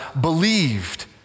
believed